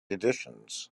editions